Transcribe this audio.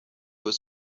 was